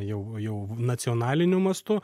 jau jau nacionaliniu mastu